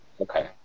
okay